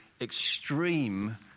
extreme